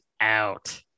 out